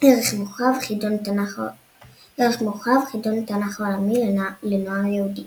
ערך מורחב – חידון התנ"ך העולמי לנוער יהודי